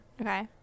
Okay